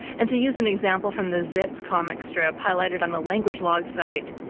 and to use an example from the zits comic strip highlighted on the language log site,